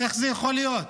איך זה יכול להיות?